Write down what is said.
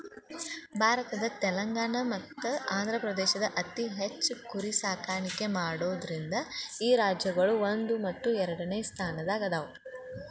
ಭಾರತದ ತೆಲಂಗಾಣ ಮತ್ತ ಆಂಧ್ರಪ್ರದೇಶ ಅತಿ ಹೆಚ್ಚ್ ಕುರಿ ಸಾಕಾಣಿಕೆ ಮಾಡೋದ್ರಿಂದ ಈ ರಾಜ್ಯಗಳು ಒಂದು ಮತ್ತು ಎರಡನೆ ಸ್ಥಾನದಾಗ ಅದಾವ